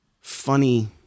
funny